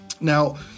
Now